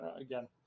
again